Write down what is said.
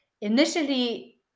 initially